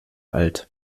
alt